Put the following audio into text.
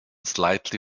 slightly